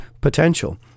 potential